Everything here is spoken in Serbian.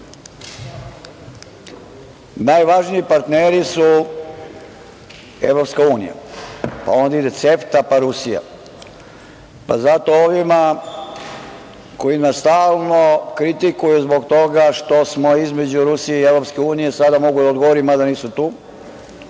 milijardi. Najvažniji partneri su EU, pa onda ide CEFTA, pa Rusija. Zato ovima koji nas stalno kritikuju zbog toga što smo između Rusije i Evropske unije, sada mogu da odgovorim, mada nisu tu,